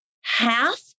half